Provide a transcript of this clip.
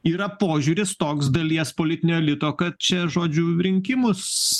yra požiūris toks dalies politinio elito kad čia žodžiu rinkimus